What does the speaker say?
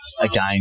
again